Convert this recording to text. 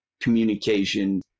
communication